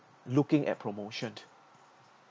looking at promotion